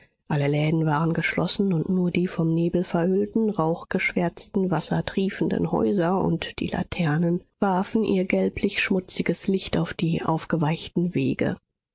alle läden waren geschlossen und nur die vom nebel verhüllten rauchgeschwärzten wassertriefenden häuser und die laternen warfen ihr gelblich schmutziges licht auf die aufgeweichten wege